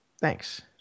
Thanks